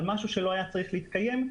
על משהו שלא היה צריך להתקיים.